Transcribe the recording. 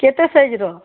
କେତେ ସାଇଜ୍ର